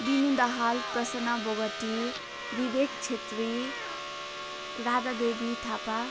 बिनु दाहाल प्रसन्ना बोगटी विवेक क्षेत्री राधा देवी थापा